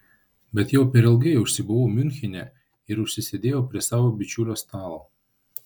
bet jau per ilgai užsibuvau miunchene ir užsisėdėjau prie savo bičiulio stalo